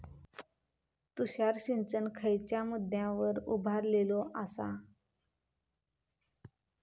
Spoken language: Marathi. तुषार सिंचन खयच्या मुद्द्यांवर उभारलेलो आसा?